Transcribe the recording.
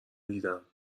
دیدم